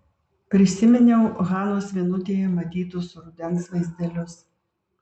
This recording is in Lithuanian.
prisiminiau hanos vienutėje matytus rudens vaizdelius